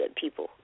people